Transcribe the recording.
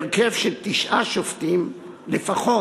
בהרכב של תשעה שופטים לפחות,